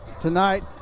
tonight